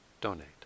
donate